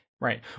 right